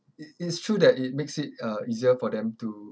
it it's true that it makes it uh easier for them to